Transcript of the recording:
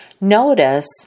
notice